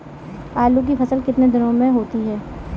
आलू की फसल कितने दिनों में होती है?